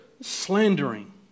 slandering